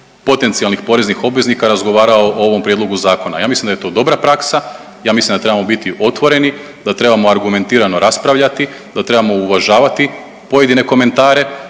potencijalnih poreznih obveznika razgovarao o ovom prijedlogu zakona. Ja mislim da je to dobra praksa, ja mislim da trebamo biti otvoreni, da trebamo argumentirano raspravljati, da trebamo uvažavati pojedine komentare